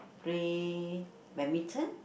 play badminton